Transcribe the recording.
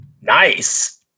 Nice